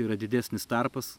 yra didesnis tarpas